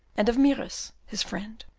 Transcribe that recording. and of mieris, his friend.